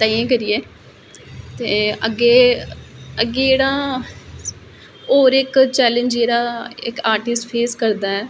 ताहियें करियै ते अग्गे अग्गे जेहड़ा होर इक चैलेंज जेहड़ा इक आर्टिस्ट फेस करदा ऐ